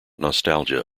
nostalgia